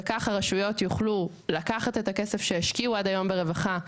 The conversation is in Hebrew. וכך הרשויות יוכלו לקחת את הכסף שהשקיעו עד היום ברווחה,